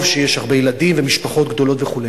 שיש הרבה ילדים ומשפחות גדולות וכו',